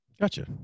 Gotcha